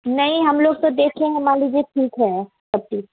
नहीं हम लोग के देश में है मान लीजिए ठीक है सब चीज